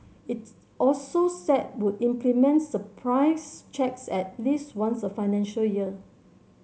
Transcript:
it also said would implement surprise checks at least once a financial year